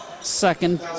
second